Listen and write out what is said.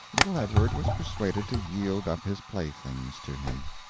little edward was persuaded to yield up his play-things to him.